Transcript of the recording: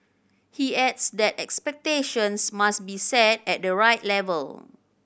he adds that expectations must be set at the right level